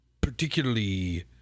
particularly